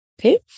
Okay